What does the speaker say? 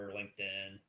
LinkedIn